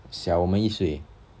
小我们一岁